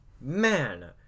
Man